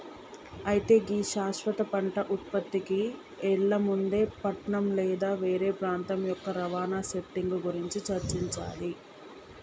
అయితే గీ శాశ్వత పంటల ఉత్పత్తికి ఎళ్లే ముందు పట్నం లేదా వేరే ప్రాంతం యొక్క రవాణా సెట్టింగ్ గురించి చర్చించాలి